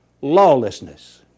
lawlessness